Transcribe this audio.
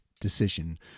decision